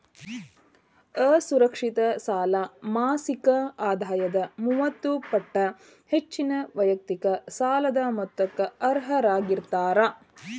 ಅಸುರಕ್ಷಿತ ಸಾಲ ಮಾಸಿಕ ಆದಾಯದ ಮೂವತ್ತ ಪಟ್ಟ ಹೆಚ್ಚಿನ ವೈಯಕ್ತಿಕ ಸಾಲದ ಮೊತ್ತಕ್ಕ ಅರ್ಹರಾಗಿರ್ತಾರ